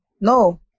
No